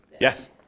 Yes